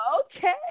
Okay